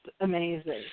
amazing